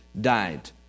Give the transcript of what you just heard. died